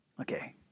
Okay